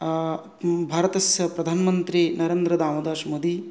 भारतस्य प्रधानमन्त्री नरेन्द्र दामोदर् दास् मोदी